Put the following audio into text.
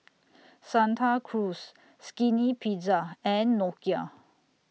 Santa Cruz Skinny Pizza and Nokia